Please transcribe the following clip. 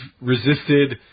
resisted